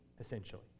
essentially